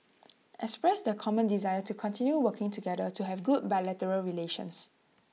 expressed their common desire to continue working together to have good bilateral relations